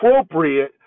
appropriate